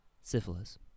Syphilis